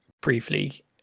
briefly